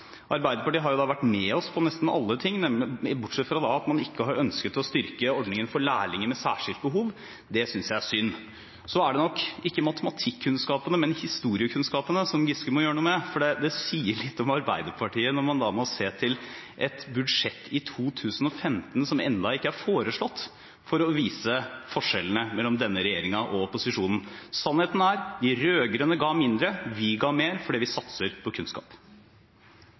Arbeiderpartiet har vært med oss på nesten alle ting, bortsett fra at man ikke har ønsket å styrke ordningen for lærlinger med særskilt behov. Det synes jeg er synd. Så er det nok ikke matematikkunnskapene, men historiekunnskapene som Giske må gjøre noe med, for det sier litt om Arbeiderpartiet når man må se til et budsjett for 2015, som ennå ikke er foreslått, for å vise forskjellene mellom denne regjeringen og opposisjonen. Sannheten er: De rød-grønne ga mindre, vi gir mer fordi vi satser på kunnskap.